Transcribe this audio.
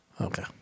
Okay